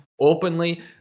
openly